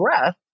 breath